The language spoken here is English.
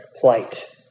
plight